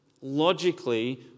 logically